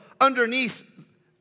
underneath